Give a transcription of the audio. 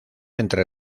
entre